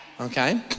okay